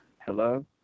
Hello